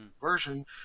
version